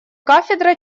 кафедра